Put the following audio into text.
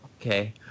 Okay